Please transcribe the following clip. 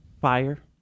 fire